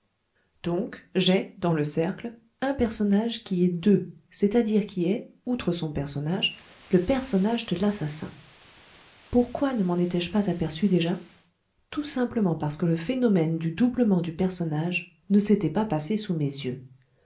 donc j'ai dans le cercle un personnage qui est deux c'est-à-dire qui est outre son personnage le personnage de l'assassin pourquoi ne m'en étais-je pas aperçu déjà tout simplement parce que le phénomène du doublement du personnage ne s'était pas passé sous mes yeux